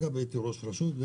הייתי ראש רשות,